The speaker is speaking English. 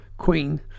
Queen